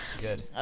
Good